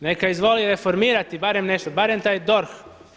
Neka izvoli reformirati barem nešto, barem taj DORH.